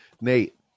Nate